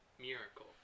Miracle